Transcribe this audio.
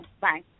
Bye